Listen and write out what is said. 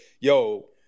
yo